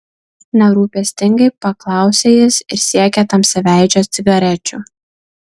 nerūpestingai paklausė jis ir siekė tamsiaveidžio cigarečių